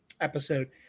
episode